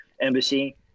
embassy